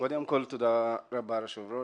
קודם כול, תודה רבה, היושב-ראש.